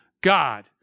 God